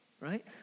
right